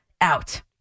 out